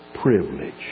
privilege